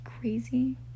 crazy